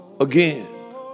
again